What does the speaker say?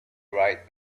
right